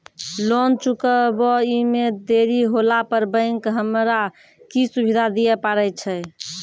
Loan चुकब इ मे देरी होला पर बैंक हमरा की सुविधा दिये पारे छै?